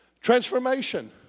transformation